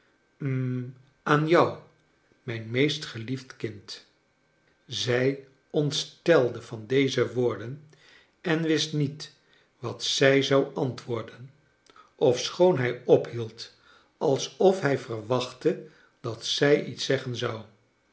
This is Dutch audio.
aan jou mijn meest geliefd kind zij ontstelde van deze woorden ea wist niet wat zij zou antwoprden ofschoon hij ophield alsof hij verwachtte dat zij iets zeggen zou